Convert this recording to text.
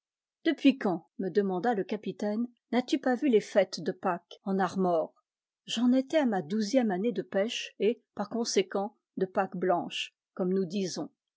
depuis quand me demanda le capitaine n'as tu pas vu les fêtes de pâques en armor j'en étais à ma douzième année de pêche et par conséquent de pâques blanches comme nous disons